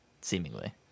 seemingly